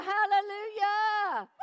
Hallelujah